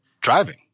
driving